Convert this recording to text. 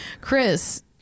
chris